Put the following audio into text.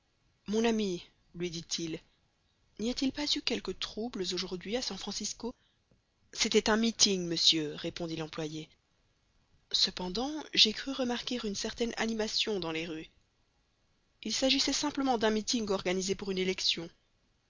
mon ami lui dit-il n'y a-t-il pas eu quelques troubles aujourd'hui à san francisco c'était un meeting monsieur répondit l'employé cependant j'ai cru remarquer une certaine animation dans les rues il s'agissait simplement d'un meeting organisé pour une élection